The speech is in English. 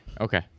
Okay